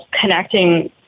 connecting